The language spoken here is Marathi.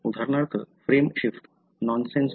उदाहरणार्थ फ्रेम शिफ्ट नॉनसेन्स